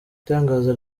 itangazo